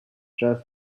jazz